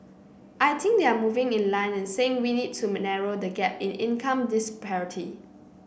I think they are moving in line and saying we need to narrow the gap in income disparity